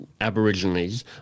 aborigines